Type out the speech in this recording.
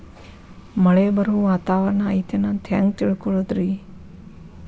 ಮಳೆ ಬರುವ ವಾತಾವರಣ ಐತೇನು ಅಂತ ಹೆಂಗ್ ತಿಳುಕೊಳ್ಳೋದು ರಿ?